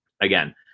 again